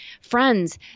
friends